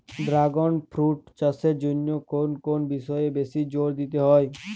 Dragon fruit চাষের জন্য কোন কোন বিষয়ে বেশি জোর দিতে হয়?